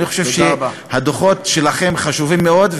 אני חושב שהדוחות שלכם חשובים מאוד,